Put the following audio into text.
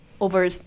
over